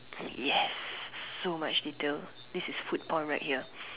yes so much detail this is food porn right here